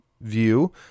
view